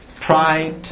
pride